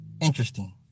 Interesting